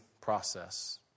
process